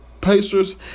Pacers